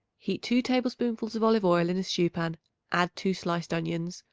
heat two tablespoonfuls of olive-oil in a stew-pan add two sliced onions,